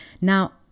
Now